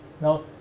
Now